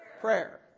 Prayer